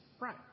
right